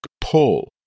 pull